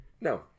No